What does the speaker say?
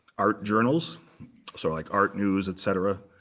art journals so like art news, et cetera,